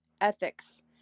ethics